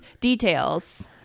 details